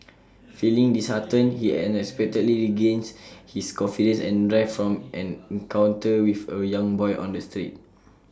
feeling disheartened he unexpectedly regains his confidence and drive from an encounter with A young boy on the street